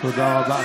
תודה רבה.